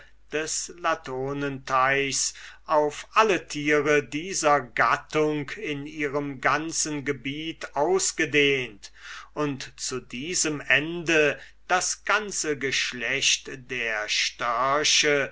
des latonenteichs auf alle tiere dieser gattung in ihrem ganzen gebiet ausgedehnt und zu diesem ende das ganze geschlecht der störche